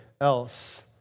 else